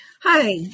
Hi